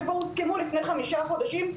שכבר הוסכמו לפני חמישה חודשים,